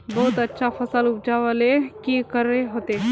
बहुत अच्छा फसल उपजावेले की करे होते?